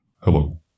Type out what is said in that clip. hello